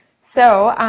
so,